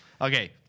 Okay